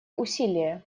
усилия